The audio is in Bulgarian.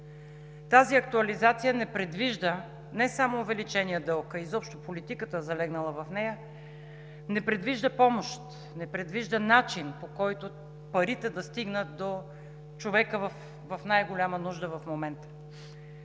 тази актуализация не предвижда не само увеличения дълг, а изобщо политиката, залегнала в нея, не предвижда помощ, не предвижда начин, по който парите да стигнат до човека в най-голяма нужда в момента.